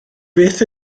beth